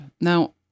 Now